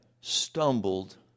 stumbled